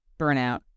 burnout